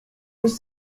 was